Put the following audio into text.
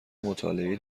مطالعه